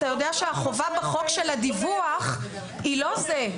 אתה יודע שהחובה בחוק של הדיווח היא לא זה.